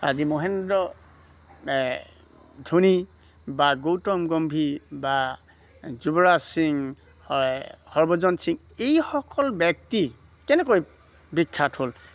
আজি মহেন্দ্ৰ ধোনী বা গৌতম গম্ভীৰ বা যুৱৰাজ সিং হৰভজন সিং এইসকল ব্যক্তি কেনেকৈ বিখ্যাত হ'ল